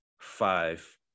five